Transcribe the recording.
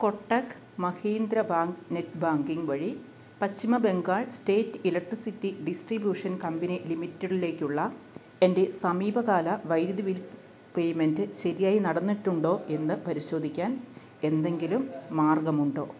Kotak Mahindra bank net banking വഴി പശ്ചിമ Bengal state electricity distribution company ലിമിറ്റഡ്ലേക്കുള്ള എൻ്റെ സമീപകാല വൈദ്യുതി ബിൽ പേയ്മെൻറ്റ് ശരിയായി നടന്നിട്ടുണ്ടോ എന്ന് പരിശോധിക്കാൻ എന്തെങ്കിലും മാർഗമുണ്ടോ